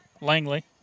Langley